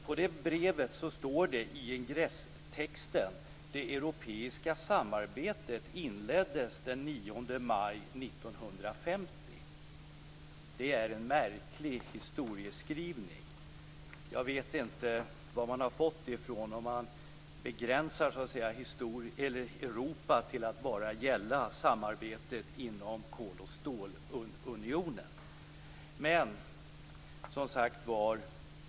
I det brevet står det i ingresstexten: Det europeiska samarbetet inleddes den 9 maj 1950. Det är en märklig historieskrivning. Jag vet inte varifrån man fått det - om man nu begränsar Europa till att bara gälla samarbetet inom Kol och stålunionen.